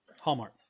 Hallmark